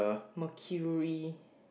mercury